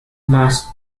mass